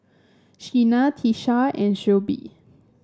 Sheena Tisha and Shelbie